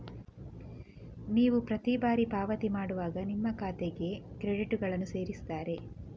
ನೀವು ಪ್ರತಿ ಬಾರಿ ಪಾವತಿ ಮಾಡುವಾಗ ನಿಮ್ಮ ಖಾತೆಗೆ ಕ್ರೆಡಿಟುಗಳನ್ನ ಸೇರಿಸ್ತಾರೆ